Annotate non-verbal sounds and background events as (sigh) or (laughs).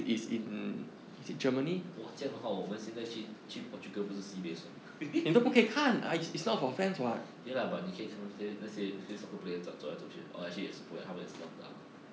!wah! 这样的话我们现在去去 portugal 不是 sibeh 爽 (laughs) ya lah but 你可以看那谁那谁那谁 soccer player 走走来走去的 oh actually 也是不会 lah 他们也是 lockdown